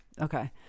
okay